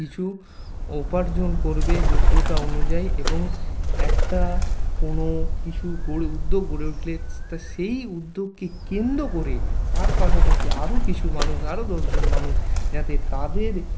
কিছু উপার্জন করবে যোগ্যতা অনুযায়ী এবং একটা কোনও কিছু গড়ে উদ্যোগ গড়ে উঠলে তা সেই উদ্যোগকে কেন্দ্র করে তার পাশাপাশি আরও কিছু মানুষ আরও দশজন মানুষ যাতে তাদের